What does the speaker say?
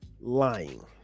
Lying